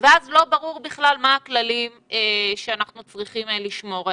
ואז לא ברור בכלל מה הכללים שאנחנו צריכים לשמור עליהם.